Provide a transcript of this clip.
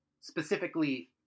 specifically